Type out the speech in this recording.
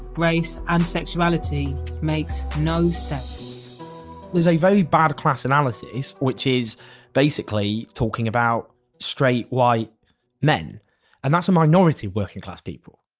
race, and sexuality makes no sense' there's a very bad class analysis which is basically talking about straight white men and that's a minority working class people.